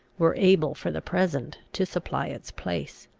were able for the present to supply its place.